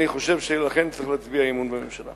אני חושב שצריך להצביע אי-אמון בממשלה.